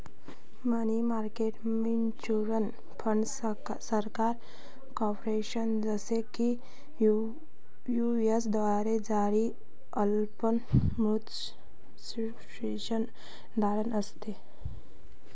मनी market mutual fund सरकार, corporation, जसे की यू.एस द्वारे जारी अल्प मुदत सिक्युरिटीज धारण असते